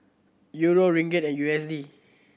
Euro Ringgit and U S D